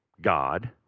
God